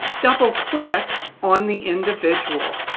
double-click on the individual.